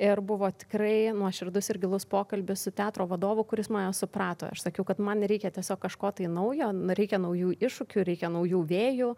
ir buvo tikrai nuoširdus ir gilus pokalbis su teatro vadovu kuris mane suprato aš sakiau kad man reikia tiesiog kažko tai naujo reikia naujų iššūkių reikia naujų vėjų